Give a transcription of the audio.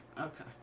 Okay